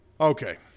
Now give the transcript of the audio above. Okay